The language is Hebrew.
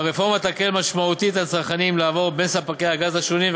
הרפורמה תקל משמעותית על צרכנים לעבור בין ספקי הגז השונים,